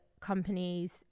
companies